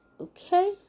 okay